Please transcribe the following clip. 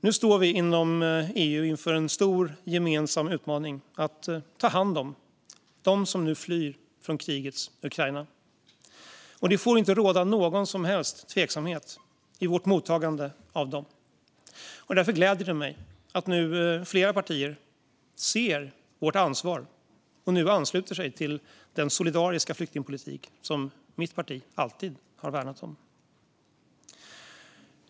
Nu står vi inom EU inför en stor gemensam utmaning att ta hand om dem som nu flyr från krigets Ukraina. Det får inte råda någon som helst tveksamhet i vårt mottagande av dem, och därför gläder det mig att flera partier nu ser vårt ansvar och ansluter sig till den solidariska flyktingpolitik som mitt parti alltid har värnat om.